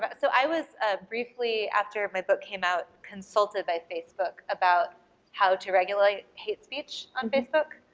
but so i was ah briefly after my book came out, consulted by facebook about how to regulate hate speech on facebook,